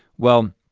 well,